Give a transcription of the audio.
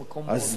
אז תשמע.